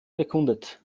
bekundet